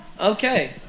Okay